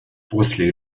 после